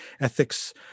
ethics